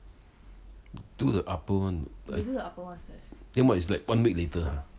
do the upper one then what it's like one week later ah